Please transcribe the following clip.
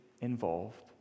involved